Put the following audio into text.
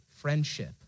friendship